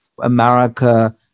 America